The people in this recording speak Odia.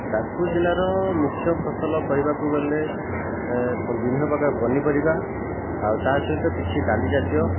ଯାଜପୁର ଜିଲ୍ଲାର ମୁଖ୍ୟ ଫସଲ କହିବାକୁ ଗଲେ ବିଭିନ୍ନ ପ୍ରକାର ପନିପରିବା ଆଉ ତା' ସହିତ କିଛି ଡାଲି ଜାତୀୟ